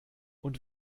und